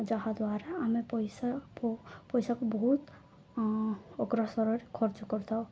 ଯାହାଦ୍ୱାରା ଆମେ ପଇସା ପଇସାକୁ ବହୁତ ଅଗରା ସରରେ ଖର୍ଚ୍ଚ କରିଥାଉ